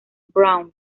brown